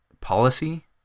policy